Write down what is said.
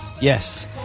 Yes